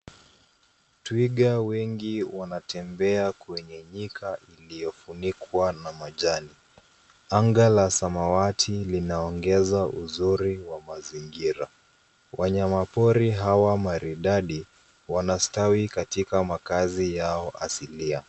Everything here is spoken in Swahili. Twiga wengi wanatembea kwenye nyika iliyofunikwa na majani. Anga la samawati linaongeza uzuri wa mazingira. Wanyama pori hawa maridadi wanastawi katika makaazi yao asilia.